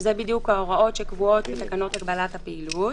שאלה בדיוק ההוראות שקבועות בתקנות הגבלת הפעילות